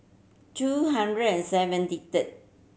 two hundred and seventy third